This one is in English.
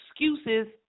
excuses